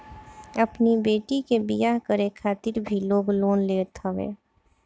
अपनी बेटी के बियाह करे खातिर भी लोग लोन लेत हवे